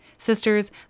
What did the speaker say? Sisters